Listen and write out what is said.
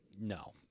no